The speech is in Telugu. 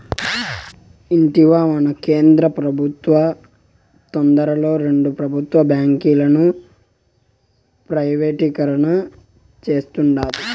ఇంటివా, మన కేంద్ర పెబుత్వం తొందరలో రెండు పెబుత్వ బాంకీలను ప్రైవేటీకరణ సేస్తాండాది